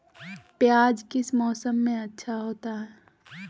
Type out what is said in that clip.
प्याज किस मौसम में अच्छा होता है?